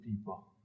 people